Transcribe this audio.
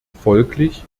folglich